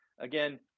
Again